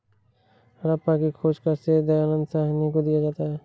हड़प्पा की खोज का श्रेय दयानन्द साहनी को दिया जाता है